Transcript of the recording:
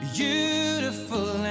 beautiful